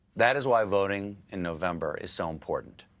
that is why voting in november is so important.